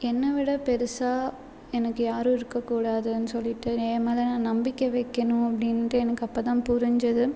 என்னை விட பெருசாக எனக்கு யாரும் இருக்கக்கூடாதுனு சொல்லிட்டு என் மேல் நான் நம்பிக்கை வைக்கணும் அப்படின்டு எனக்கு அப்போதான் புரிஞ்சது